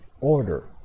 order